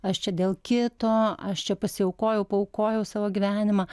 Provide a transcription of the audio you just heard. aš čia dėl kito aš čia pasiaukojau paaukojau savo gyvenimą